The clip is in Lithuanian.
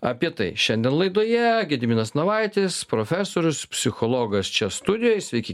apie tai šiandien laidoje gediminas navaitis profesorius psichologas čia studijoj sveiki